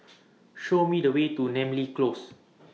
Show Me The Way to Namly Close